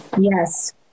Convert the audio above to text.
Yes